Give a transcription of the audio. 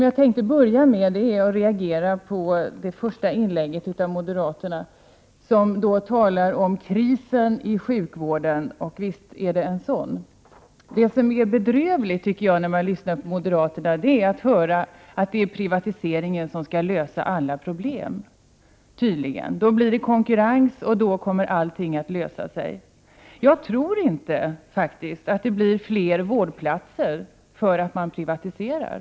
Jag tänkte börja med att reagera på det första inlägget från moderat håll. Det talades om krisen i sjukvården. Visst är det en kris. Det som är bedrövligt att höra när man lyssnar på moderaterna är att det tydligen är privatiseringen som skall lösa alla problem. Då blir det, menar man, konkurrens och då kommer allt att lösas. Jag tror faktiskt inte att det blir fler vårdplatser bara därför att man privatiserar.